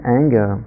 anger